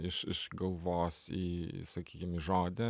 iš iš galvos į sakykim į žodį